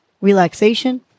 relaxation